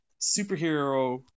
superhero